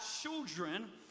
children